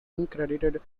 uncredited